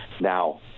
now